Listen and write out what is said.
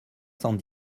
cent